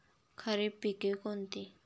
खरीप पिके कोणती?